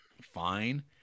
fine